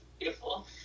beautiful